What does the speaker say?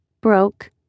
broke